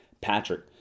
patrick